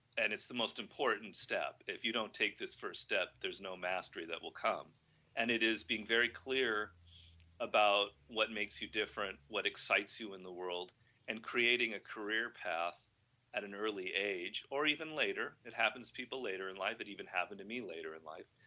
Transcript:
and it's the most important step, if you don't take this first step there is no mastery that will come and it has been very clear about what makes you different, what excites you in the world and creating a career path at an early age or even later it happens people later in life, that even happened to me later in life.